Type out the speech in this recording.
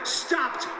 stopped